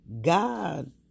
God